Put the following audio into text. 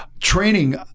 Training